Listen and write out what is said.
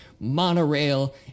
monorail